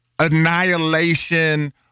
Annihilation